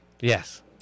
Yes